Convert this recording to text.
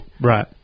Right